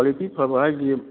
quality ꯐꯕ ꯍꯥꯏꯁꯤ